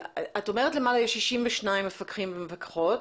את אומרת למעלה שיש 62 מפקחים ומפקחות,